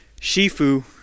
Shifu